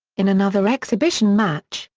in another exhibition match,